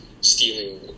stealing